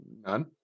none